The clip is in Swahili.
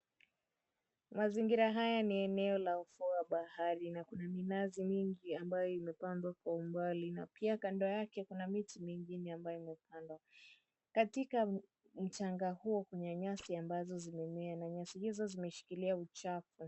Mazingira haya ni eneo la ufuo wa bahari na kuna minazi mingi ambayo imepandwa kwa umbali na pia kando yake kuna miti mingine ambayo imepandwa. Katika mchanga huo kuna nyasi ambazo zimemea na nyasi hizo zimeshikilia uchafu.